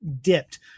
dipped